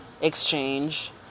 exchange